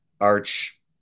Arch